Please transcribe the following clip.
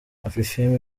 afrifame